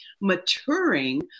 maturing